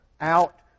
out